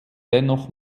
dennoch